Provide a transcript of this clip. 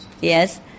Yes